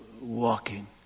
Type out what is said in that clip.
walking